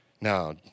Now